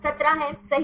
17 है सही